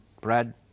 Brad